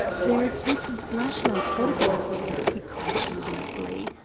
they're taking flash-light photographs, he cried jubilantly.